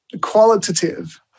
qualitative